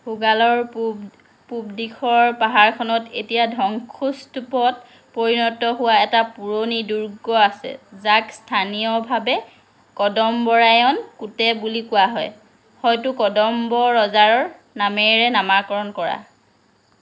সোগালৰ পূৱ পূৱ দিশৰ পাহাৰখনত এতিয়া ধ্বংসস্তুপত পৰিণত হোৱা এটা পুৰণি দুৰ্গ আছে যাক স্থানীয়ভাৱে কদম্বৰায়ণ কোটে বুলি কোৱা হয় হয়তো কদম্ব ৰজাৰ নামেৰে নামাকৰণ কৰা